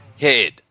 head